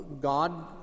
God